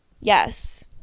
Yes